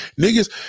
Niggas